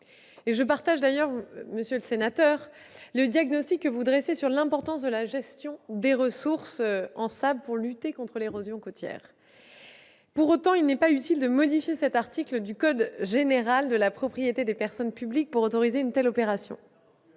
Je partage, monsieur le sénateur, le diagnostic que vous avez posé sur l'importance de la gestion des ressources en sable pour lutter contre l'érosion côtière. Pour autant, il n'est pas utile de modifier cet article du code général de la propriété des personnes publiques pour autoriser une telle opération,